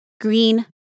Green